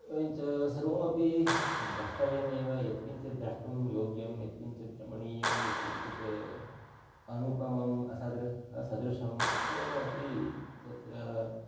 एवञ्च सर्वमपि द्रष्टव्यमेव यत्किञ्चित् द्रष्टुं योग्यं यत्किञ्चित् रमणीयं यत्किञ्चित् अनुपमम् असदृशम् असदृशं सर्वमपि तत्र